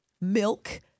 milk